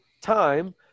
time